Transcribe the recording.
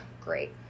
great